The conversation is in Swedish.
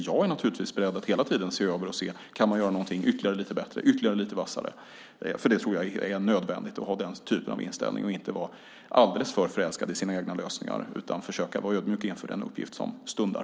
Jag är naturligtvis beredd att hela tiden se över om man kan göra någonting ytterligare lite bättre, ytterligare lite vassare. Jag tror att det är nödvändigt att ha den typen av inställning. Man ska inte vara alldeles för förälskad i sina egna lösningar utan försöka vara ödmjuk inför den uppgift som stundar.